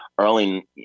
early